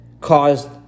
caused